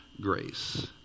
Grace